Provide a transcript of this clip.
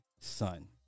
Son